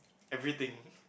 everything